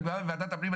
אני בוועדת הפנים,